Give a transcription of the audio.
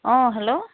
অঁ হেল্ল'